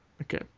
Okay